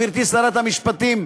גברתי שרת המשפטים,